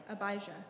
Abijah